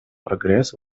прогресс